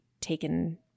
taken